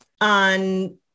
on